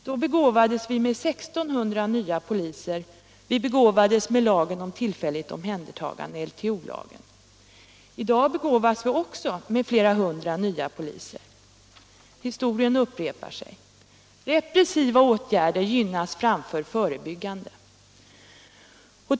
Då begåvades vi med 1 600 nya poliser och lagen om tillfälligt omhändertagande, LTO. Också i dag begåvas vi med flera hundra nya poliser. Historien upprepar sig. Repressiva åtgärder gynnas framför förebyggande.